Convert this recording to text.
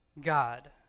God